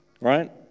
right